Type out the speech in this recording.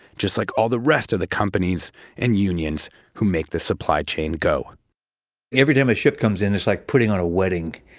just like all the rest of the companies and unions who make the supply chain go every time a ship comes in, it's like putting on a wedding.